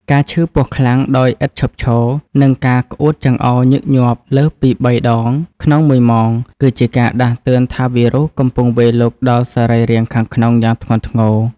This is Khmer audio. ការឈឺពោះខ្លាំងដោយឥតឈប់ឈរ និងការក្អួតចង្អោរញឹកញាប់លើសពីបីដងក្នុងមួយម៉ោង ក៏ជាការដាស់តឿនថាវីរុសកំពុងវាយលុកដល់សរីរាង្គខាងក្នុងយ៉ាងធ្ងន់ធ្ងរ។